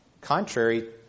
contrary